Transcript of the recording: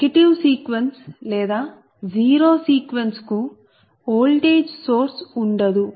negative sequence లేదా zero sequence కు voltage source ఉండదు